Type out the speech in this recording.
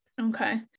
okay